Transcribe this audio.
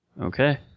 Okay